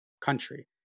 country